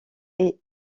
est